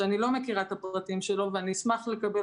שאני לא מכירה את הפרטים שלו ואשמח לקבל